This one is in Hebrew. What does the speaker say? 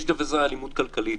יש כזה דבר אלימות כלכלית.